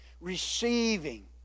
receiving